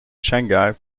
shanghai